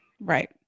Right